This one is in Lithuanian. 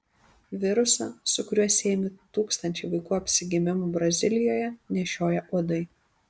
virusą su kuriuo siejami tūkstančiai vaikų apsigimimų brazilijoje nešioja uodai